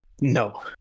No